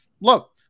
look